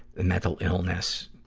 the mental illness.